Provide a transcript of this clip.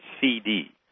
CD